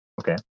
Okay